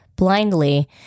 Blindly